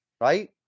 right